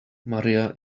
maria